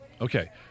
Okay